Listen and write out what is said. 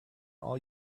all